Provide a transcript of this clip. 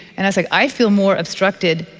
and i said i feel more obstructed,